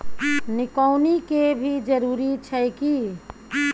निकौनी के भी जरूरी छै की?